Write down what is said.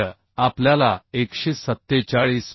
मूल्य आपल्याला 147